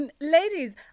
Ladies